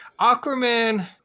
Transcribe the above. Aquaman